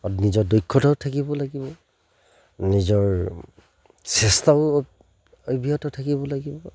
আৰু নিজৰ দক্ষতাও থাকিব লাগিব নিজৰ চেষ্টাও অব্যাহত থাকিব লাগিব